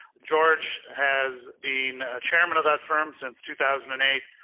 george has been a chairman of that firm since two thousand and eight,